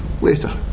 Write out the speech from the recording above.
later